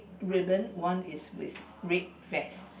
ribbon one is with red vest